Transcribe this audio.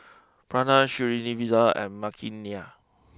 Pranav Srinivasa and Makineni